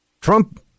Trump